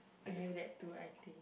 I have that too I think